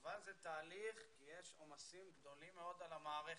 אבל זה תהליכי יש עומסים גדולים מאוד על המערכת.